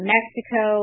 Mexico